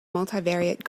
multivariate